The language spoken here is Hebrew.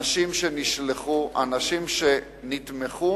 אנשים שנשלחו, אנשים שנתמכו,